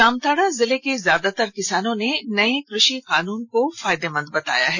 जामताड़ा जिले के ज्यादातर किसानों ने नए कृषि कानून को फायदेमंद बताया है